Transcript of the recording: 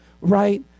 right